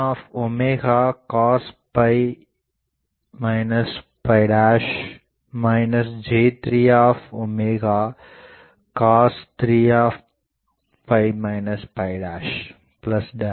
2j J1 cos J3 cos 3